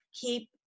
keep